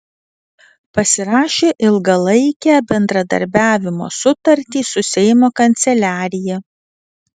pasirašė ilgalaikę bendradarbiavimo sutartį su seimo kanceliarija